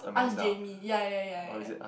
ask Jamie ya ya ya ya